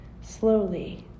slowly